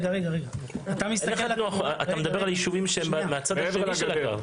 אתה מדבר על יישובים שהם מהצד השני של הקו.